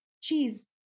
cheese